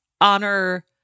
honor